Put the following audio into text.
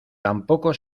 tampoco